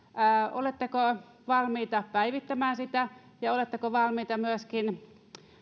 oletteko valmiita päivittämään sitä ja oletteko valmiita myöskin